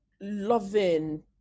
loving